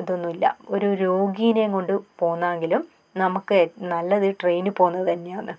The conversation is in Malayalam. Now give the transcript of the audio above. ഇതൊന്നുമില്ല ഒരു രോഗിയെയും കൊണ്ട് പോകുന്നെങ്കിലും നമുക്ക് നല്ലത് ട്രെയിനിൽ പോകുന്നത് തന്നെയാന്ന്